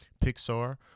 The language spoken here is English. Pixar